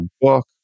book